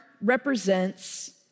represents